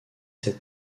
cet